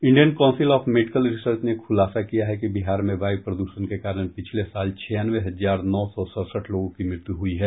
Indian Council of Medical Research ने खुलासा किया है कि बिहार में वायु प्रदूषण के कारण पिछले साल छियानवे हजार नौ सौ सड़सठ लोगों की मृत्यु हुई है